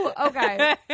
Okay